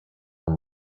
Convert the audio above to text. from